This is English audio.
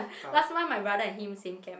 last time my brother and him same camp